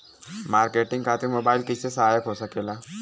Marketing खातिर mobile कइसे सहायक हो सकेला?